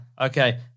Okay